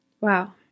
Wow